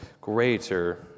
greater